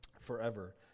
forever